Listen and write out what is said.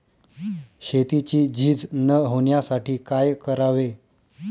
शेतीची झीज न होण्यासाठी काय करावे?